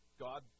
God